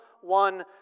one